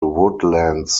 woodlands